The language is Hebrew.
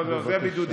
אתה החלטת.